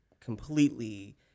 completely